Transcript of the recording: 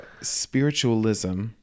spiritualism